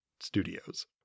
studios